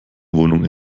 wohnung